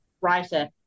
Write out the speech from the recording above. writer